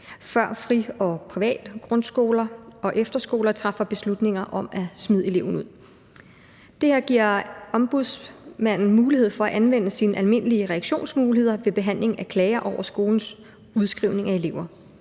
før friskoler, private grundskoler og efterskoler træffer beslutning om at smide eleven ud. Det her giver Ombudsmanden mulighed for at anvende de almindelige reaktionsmuligheder ved behandling af klager over skolens udskrivning af elever.